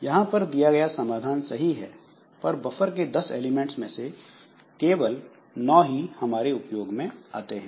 यहां पर दिया गया समाधान सही है पर बफर के 10 एलिमेंट्स में से केवल 9 ही हमारे उपयोग में आते हैं